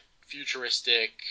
futuristic